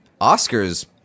Oscars